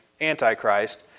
Antichrist